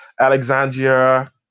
alexandria